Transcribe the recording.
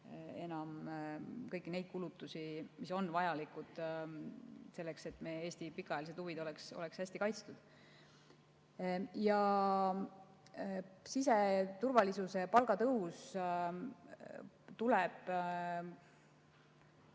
katta kõiki neid kulutusi, mis on vajalikud selleks, et Eesti pikaajalised huvid oleks hästi kaitstud. Siseturvalisuses tuleb